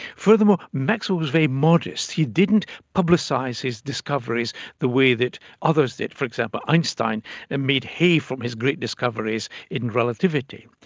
furthermore, maxwell was very modest, he didn't publicise his discoveries the way that others did. for example, einstein and made hay from his great discoveries in relativity.